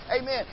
Amen